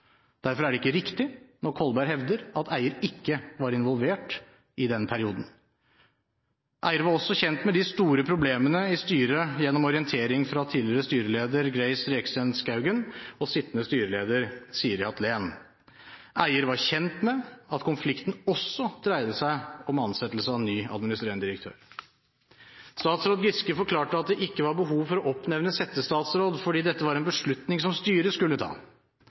Derfor er det ikke riktig når Kolberg hevder at eier ikke var involvert i den perioden. Eier var også kjent med de store problemene i styret gjennom orientering fra tidligere styreleder Grace Reksten Skaugen og sittende styreleder Siri Hatlen. Eier var kjent med at konflikten også dreide seg om ansettelse av ny administrerende direktør. Statsråd Giske forklarte at det ikke var behov for å oppnevne settestatsråd, fordi dette var en beslutning som styret skulle ta.